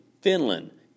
Finland